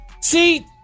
see